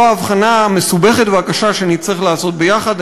זו ההבחנה המסובכת והקשה שנצטרך לעשות יחד,